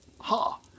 Ha